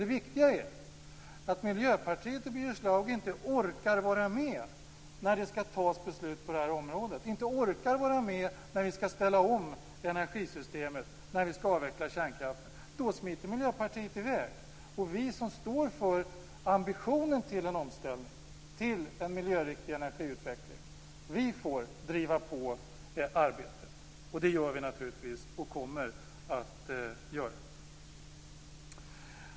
Det viktiga är att Miljöpartiet och Birger Schlaug inte orkar vara med när det skall fattas beslut på det här området, inte orkar vara med när vi skall ställa om energisystemet, när vi skall avveckla kärnkraften. Då smiter Miljöpartiet i väg. Vi som står för ambitionen till en omställning, till en miljöriktig energiutveckling får driva på arbetet. Det gör vi naturligtvis och kommer att göra.